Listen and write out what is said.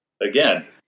Again